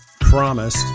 promised